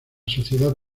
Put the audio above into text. sociedad